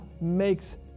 makes